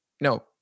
no